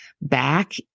back